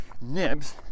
Nibs